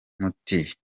muti